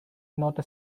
not